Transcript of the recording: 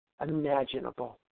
imaginable